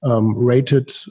Rated